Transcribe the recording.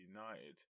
United